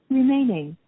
remaining